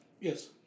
Yes